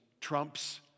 trumps